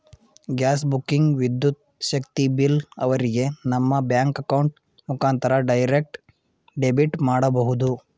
gas booking, ವಿದ್ಯುತ್ ಶಕ್ತಿ bill ಅವರಿಗೆ ನಮ್ಮ ಬ್ಯಾಂಕ್ ಅಕೌಂಟ್ ಮುಖಾಂತರ ಡೈರೆಕ್ಟ್ ಡೆಬಿಟ್ ಮಾಡಬಹುದು